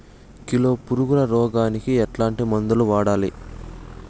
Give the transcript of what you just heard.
Kilo పులుగుల రోగానికి ఎట్లాంటి మందులు వాడాలి?